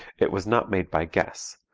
it was not made by guess,